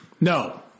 no